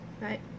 Right